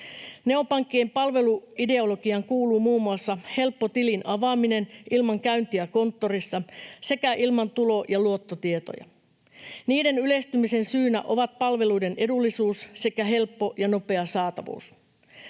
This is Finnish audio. Neopankkien palveluideologiaan kuuluu muun muassa helppo tilin avaaminen ilman käyntiä konttorissa sekä ilman tulo- ja luottotietoja. Niiden yleistymisen syynä ovat palveluiden edullisuus sekä helppo ja nopea saatavuus.